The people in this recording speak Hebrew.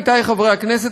עמיתי חברי הכנסת,